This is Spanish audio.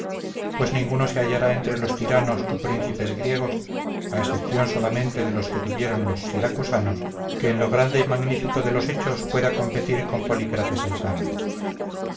pues ninguno se hallará entre los tiranos o príncipes griegos a excepción solamente de los que tuvieron los siracusanos que en lo grande y magnífico de los hechos pueda competir con polícrates el samio